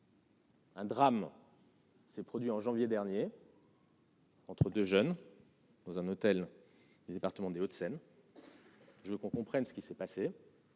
Un drame. Ces produits en janvier dernier. Entre 2 jeunes. Dans un hôtel du département des Hauts-de-Seine. Je veux qu'on comprenne ce qui s'est passé.